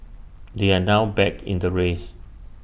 they are now back in the race